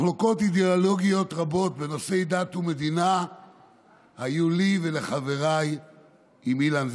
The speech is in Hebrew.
מחלוקות אידיאולוגיות רבות בנושאי דת ומדינה היו לי ולחבריי עם אילן,